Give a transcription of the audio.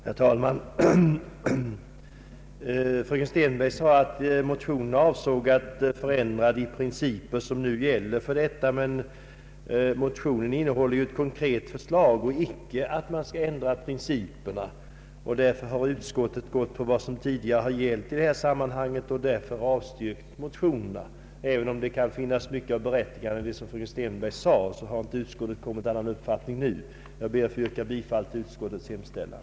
Herr talman! Fröken Stenberg sade att motionärerna avsett att få till stånd en förändring av de principer som nu gäller, men motionerna innehåller ju ett konkret förslag och inte något krav på att man skall ändra principerna. Därför har utskottet stannat för vad som har gällt tidigare i det här sammanhanget och avstyrkt motionerna. Även om det kan finnas mycket av berättigande i vad fröken Stenberg sade, har utskottet inte kommit till annan uppfattning nu. Jag ber att få yrka bifall till utskottets hemställan.